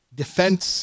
defense